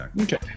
okay